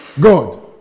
God